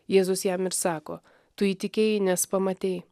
jėzus jam ir sako tu įtikėjai nes pamatei